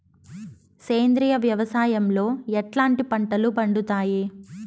సేంద్రియ వ్యవసాయం లో ఎట్లాంటి పంటలు పండుతాయి